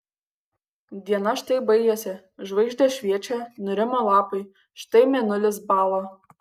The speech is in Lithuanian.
diena štai baigėsi žvaigždės šviečia nurimo lapai štai mėnulis bąla